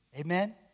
Amen